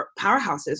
powerhouses